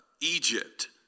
Egypt